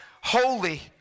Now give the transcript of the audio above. holy